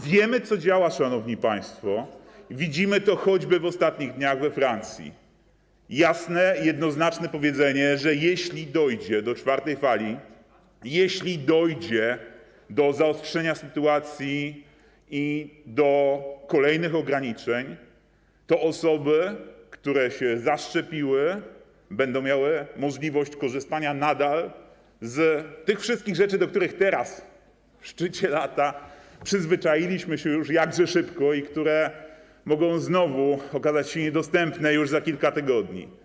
Wiemy, co działa, szanowni państwo, widzimy to choćby w ostatnich dniach we Francji - jasne, jednoznaczne powiedzenie, że jeśli dojdzie do czwartej fali, jeśli dojdzie do zaostrzenia sytuacji i do kolejnych ograniczeń, to osoby, które się zaszczepiły, będą miały możliwość korzystania nadal z tych wszystkich rzeczy, do których teraz, w szczycie lata, przyzwyczailiśmy się już, jakże szybko, i które mogą znowu okazać się niedostępne już za kilka tygodni.